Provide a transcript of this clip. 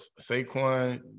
Saquon